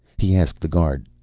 he asked the guard,